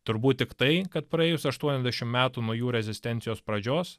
turbūt tiktai kad praėjus aštuoniasdešimt metų nuo jų rezistencijos pradžios